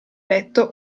letto